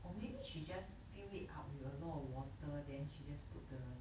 or maybe she just fill it up with a lot of water then she just put the